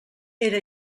era